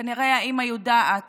כנראה האימא יודעת